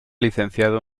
licenciado